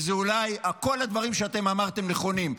אולי כל הדברים שאתם אמרתם נכונים,